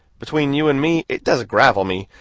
between you and me, it does gravel me,